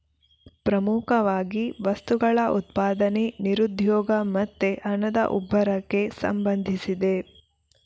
ಪ್ರಮುಖವಾಗಿ ವಸ್ತುಗಳ ಉತ್ಪಾದನೆ, ನಿರುದ್ಯೋಗ ಮತ್ತೆ ಹಣದ ಉಬ್ಬರಕ್ಕೆ ಸಂಬಂಧಿಸಿದೆ